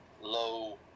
low